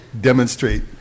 demonstrate